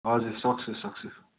हजुर सक्छु सक्छु